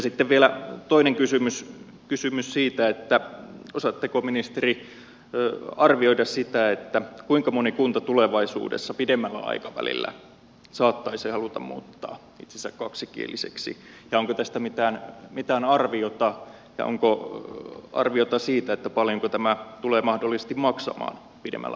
sitten vielä toinen kysymys siitä osaatteko ministeri arvioida sitä kuinka moni kunta tulevaisuudessa pidemmällä aikavälillä saattaisi haluta muuttaa itsensä kaksikieliseksi ja onko tästä mitään arviota ja onko arviota siitä paljonko tämä tulee mahdollisesti maksamaan pidemmällä aikavälillä